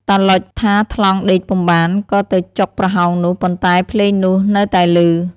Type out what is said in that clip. តាឡុចថាថ្លង់ដេកពុំបាន ក៏ទៅចុងប្រហោងនោះ ប៉ុន្តែភ្លេងនោះនៅតែឮ។